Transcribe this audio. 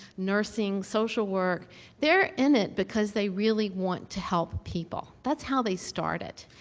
nursing, social work they're in it because they really want to help people. that's how they started,